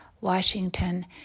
Washington